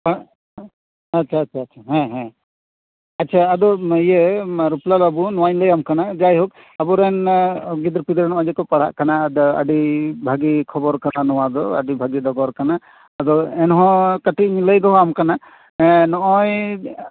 ᱟᱪᱪᱷᱟ ᱟᱪᱪᱷᱟ ᱦᱮᱸ ᱦᱮᱸ ᱟᱪᱪᱷᱟ ᱟᱫᱚ ᱨᱩᱯᱞᱟᱞ ᱵᱟᱹᱵᱩ ᱱᱚᱣᱟᱧ ᱞᱟᱹᱭᱟᱢ ᱠᱟᱱᱟ ᱟᱫᱚ ᱡᱟᱭᱦᱳᱠ ᱟᱵᱚᱨᱮᱱ ᱜᱤᱫᱟᱹᱨᱼᱯᱤᱫᱟᱹᱨ ᱱᱚᱜᱼᱚᱭ ᱡᱮᱠᱚ ᱯᱟᱲᱦᱟᱜ ᱠᱟᱱᱟ ᱟᱹᱰᱤ ᱵᱷᱟᱜᱮ ᱠᱷᱚᱵᱚᱨ ᱠᱟᱱᱟ ᱱᱚᱣᱟ ᱫᱚ ᱟᱹᱰᱤ ᱵᱷᱟᱜᱮ ᱰᱚᱜᱚᱨ ᱠᱟᱱᱟ ᱟᱫᱚ ᱮᱱᱦᱚᱸ ᱠᱟᱹᱴᱤᱡ ᱤᱧ ᱞᱟᱹᱭ ᱫᱚᱦᱚᱣᱟᱢ ᱠᱟᱱᱟ ᱱᱚᱜᱼᱚᱭ